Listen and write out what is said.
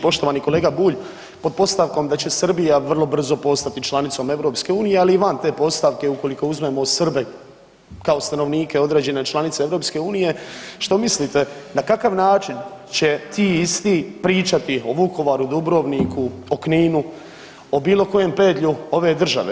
Poštovani kolega Bulj, pod postavkom da će Srbija vrlo brzo postati članicom EU, ali i van te postavke ukoliko uzmemo Srbe kao stanovnike određene članice EU, što mislite na kakav način će ti isti pričati o Vukovaru, Dubrovniku, o Kninu, o bilo kojem pedlju ove države.